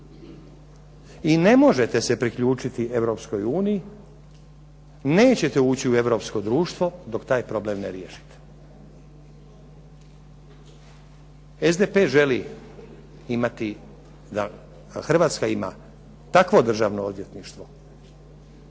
i ne možete se priključiti Europskoj uniji, neće ući u europsko društvo dok taj problem ne riješite. SDP želi da Hrvatska ima takvo državno odvjetništvo